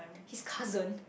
his cousin